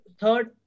third